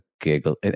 giggle